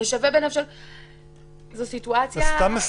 זו סיטואציה...